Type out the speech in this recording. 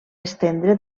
estendre